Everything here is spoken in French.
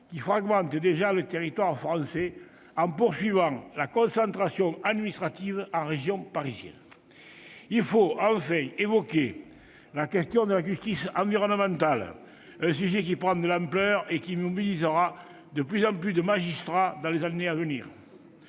qui fragmentent déjà le territoire français en poursuivant la concentration administrative en région parisienne. Il faut enfin évoquer la question de la justice environnementale, un sujet qui prend de l'ampleur et qui mobilisera de plus en plus de magistrats dans les années à venir.